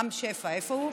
רם שפע, איפה הוא?